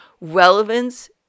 relevance